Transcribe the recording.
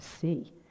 see